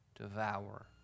devour